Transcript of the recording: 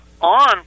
on